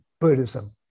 Buddhism